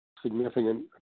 significant